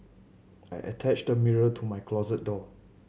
I attached a mirror to my closet door